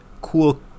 cool